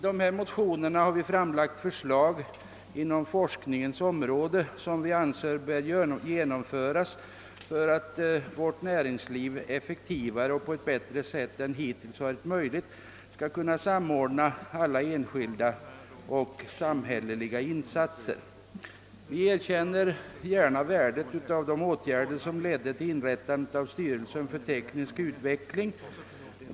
Vi har i motionerna framlagt förslag på forskningsområdet, vilka vi anser böra genomföras för att vårt näringsliv effektivare och bättre än som hittills varit möjligt skall kunna samordna alla enskilda och samhälleliga insatser. Vi erkänner gärna värdet av de åtgärder som ledde till inrättandet av styrelsen för teknisk utveckling.